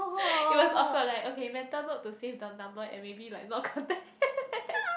it was awkward like okay mental note to save the number and maybe like not contact